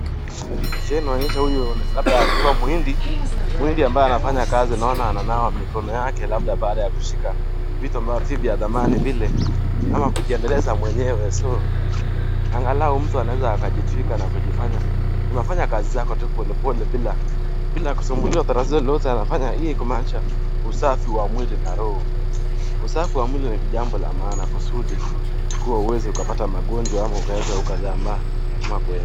Picha inaonyesha huyu labda alikuwa muhindi, muhindi ambaye anafanya kazi. Naona ananawa mikono yake labda baada ya kushika vitu ambavyo si vya dhamani vile, ama kujiendeleza mwenyewe. So , angalau mtu anaweza akajitwika na kujifanya, unafanya kazi zako tu polepole bila, bila kusumbuliwa na taratibu lolote. Anafanya hii kumaanisha usafi wa mwili na roho. Usafi wa mwili ni kijambo la maana kusudi, kuwe huwezi ukapata magonjwa ama ukaweza ukazaa ma... ama ku...